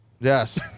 Yes